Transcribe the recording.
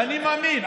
ואני מאמין,